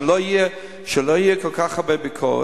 שלא יהיו כל כך הרבה ביקורות,